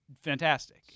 fantastic